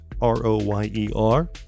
R-O-Y-E-R